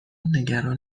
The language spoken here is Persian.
نگران